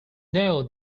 know